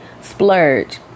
splurge